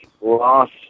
lost